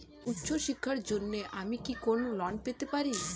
উচ্চশিক্ষার জন্য আমি কি কোনো ঋণ পেতে পারি?